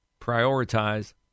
prioritize